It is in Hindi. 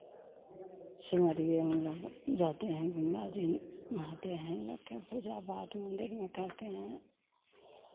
सिमरिये में लोग जाते हैं गंगा जी नहाते हैं लोग के पूजा पाठ मन्दिर में करते हैं